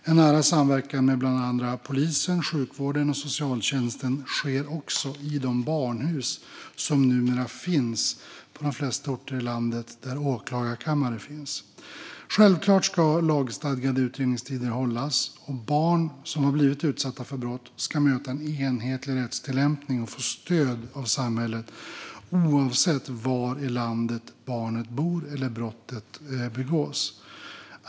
En nära samverkan med bland andra polisen, sjukvården och socialtjänsten sker också i de barnahus som numera finns på de flesta orter i landet där åklagarkammare finns. Självklart ska lagstadgade utredningstider hållas, och barn som har blivit utsatta för brott ska möta en enhetlig rättstillämpning och få stöd av samhället, oavsett var i landet barnet bor eller brottet begås.